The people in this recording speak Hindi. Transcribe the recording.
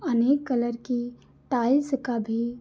अनेक कलर की टाइल्स का भी